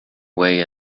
way